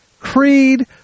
creed